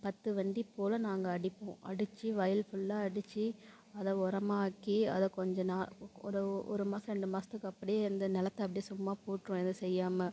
பத்து வண்டி போல் நாங்கள் அடிப்போம் அடிச்சு வயல் ஃபுல்லாக அடிச்சு அதை உரமாக்கி அதை கொஞ்சம் நான் ஒரு ஒரு மாதம் ரெண்டு மாதத்துக்கு அப்படியே அந்த நிலத்த அப்படியே சும்மா போட்டுருவோம் எதுவும் செய்யாமல்